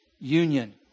union